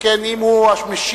שכן אם הוא המשיב,